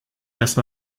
erst